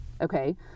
okay